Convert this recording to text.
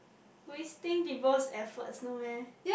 wasting people's efforts no meh